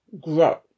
grow